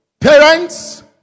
Parents